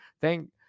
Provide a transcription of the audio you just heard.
Thank